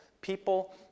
People